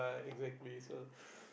exactly so